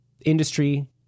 industry